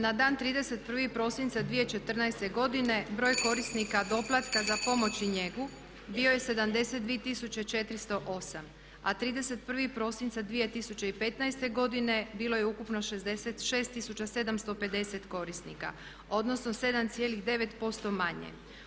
Na dan 31. prosinca 2014. godine broj korisnika doplatka za pomoć i njegu bio je 72408 a 31.12.2015. godine bilo je ukupno 66750 korisnika odnosno 7,9% manje.